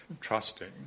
trusting